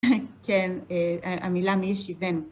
כן, המילה מי ישיבנו.